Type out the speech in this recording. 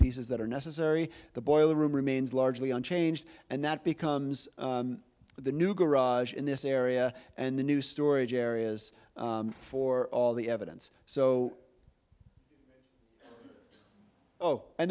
pieces that are necessary the boiler room remains largely unchanged and that becomes the new garage in this area and the new storage areas for all the evidence so oh and